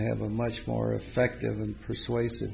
have a much more effective and persuasive